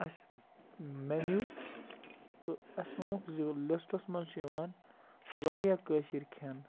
اَسہِ مینیٛوٗ تہٕ اَسہِ ووٚنُکھ زِ لِسٹَس منٛز چھِ یِوان واریاہ کٲشِر کھیٚن